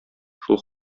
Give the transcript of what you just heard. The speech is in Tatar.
шул